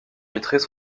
vitrées